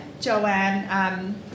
Joanne